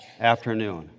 afternoon